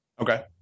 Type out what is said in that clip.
Okay